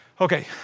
Okay